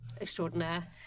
extraordinaire